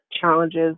challenges